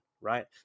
right